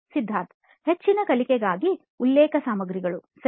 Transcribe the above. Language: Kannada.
ಸಿದ್ಧಾರ್ಥ್ ಹೆಚ್ಚಿನ ಕಲಿಕೆಗಾಗಿ ಉಲ್ಲೇಖ ಸಾಮಗ್ರಿಗಳು ಸರಿ